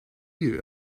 you